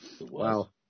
wow